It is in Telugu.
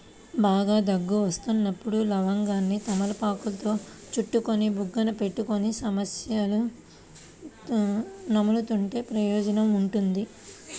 బాగా దగ్గు వస్తున్నప్పుడు లవంగాన్ని తమలపాకులో చుట్టుకొని బుగ్గన పెట్టుకొని నములుతుంటే ప్రయోజనం ఉంటుంది